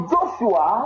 Joshua